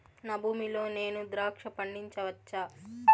నా భూమి లో నేను ద్రాక్ష పండించవచ్చా?